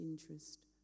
interest